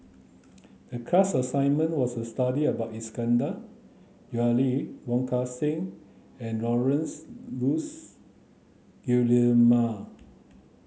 the class assignment was to study about Iskandar Jalil Wong Kan Seng and Laurence Nunns Guillemard